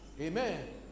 Amen